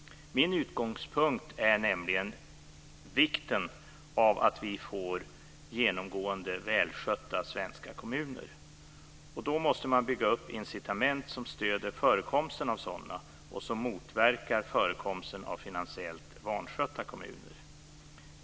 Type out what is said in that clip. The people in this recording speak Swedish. Min utgångspunkt är nämligen vikten av att vi får genomgående välskötta svenska kommuner. Då måste incitament byggas upp som stöder förekomsten av sådana kommuner och som motverkar förekomsten av finansiellt vanskötta kommuner.